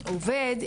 הוא עובד,